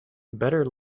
better